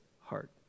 heart